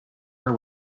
her